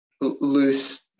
loose